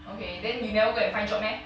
okay then you never go and find job meh